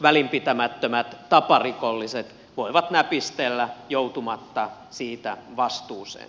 välinpitämättömät taparikolliset voivat näpistellä joutumatta siitä vastuuseen